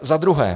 Za druhé.